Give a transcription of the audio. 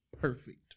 perfect